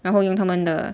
然后用他们的